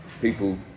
people